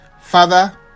Father